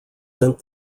sent